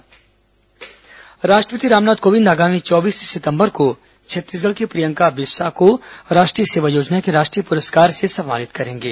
प्रियंका बिस्सा सम्मान राष्ट्रपति रामनाथ कोविंद आगामी चौबीस सितंबर को छत्तीसगढ़ की प्रियंका बिस्सा को राष्ट्रीय सेवा योजना के राष्ट्रीय पुरस्कार से सम्मानित करेंगे